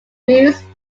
muse